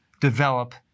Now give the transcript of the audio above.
develop